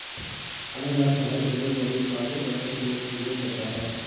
अनानास हमारे शरीर में मौजूद पाचन तंत्र को मजबूत करता है